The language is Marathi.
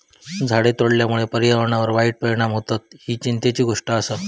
झाडे तोडल्यामुळे पर्यावरणावर वाईट परिणाम होतत, ही चिंतेची गोष्ट आसा